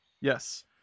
Yes